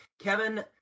Kevin